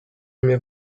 mnie